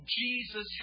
Jesus